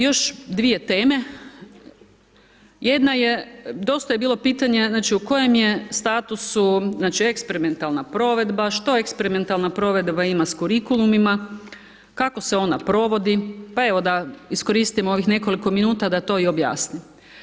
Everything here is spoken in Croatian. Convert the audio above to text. Još 2 teme, jedna je dosta je bilo pitanja, u kojem je statusu eksperimentalna provedba, što eksperimentalna provedba ima s kurikulumima, kako se ona provodi, pa evo, da iskoristim ovih nekoliko minuta da to i objasnim.